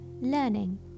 learning